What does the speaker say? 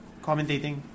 commentating